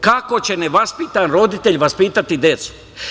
Kako će nevaspitan roditelj vaspitati decu?